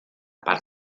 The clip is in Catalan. part